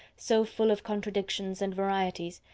so full of contradictions and varieties,